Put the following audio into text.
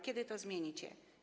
Kiedy to zmienicie?